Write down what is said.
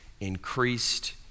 increased